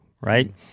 right